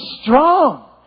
strong